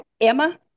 emma